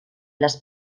las